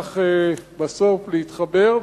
שהצליח בסוף להתחבר.